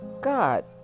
god